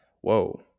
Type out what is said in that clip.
whoa